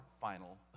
final